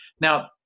Now